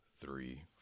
three